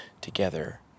together